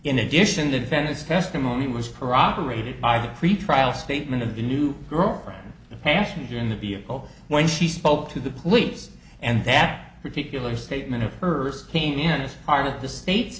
in addition the venice testimony was corroborated by the pretrial statement of the new girlfriend the passenger in the vehicle when she spoke to the police and that particular statement of hers came in as part of the state